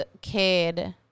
kid